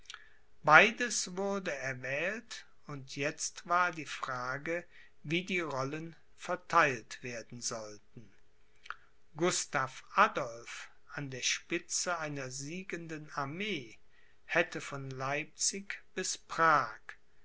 beides wurde erwählt und jetzt war die frage wie die rollen vertheilt werden sollten gustav adolph an der spitze einer siegenden armee hätte von leipzig bis prag